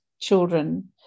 children